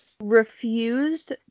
refused